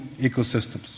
ecosystems